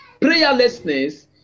Prayerlessness